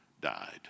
died